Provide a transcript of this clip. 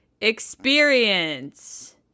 experience